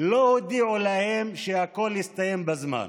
לא הודיעו להם שהכול יסתיים בזמן.